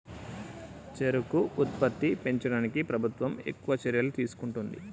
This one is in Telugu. చెరుకు ఉత్పత్తి పెంచడానికి ప్రభుత్వం ఎక్కువ చర్యలు తీసుకుంటుంది